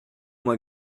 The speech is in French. moi